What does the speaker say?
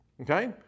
Okay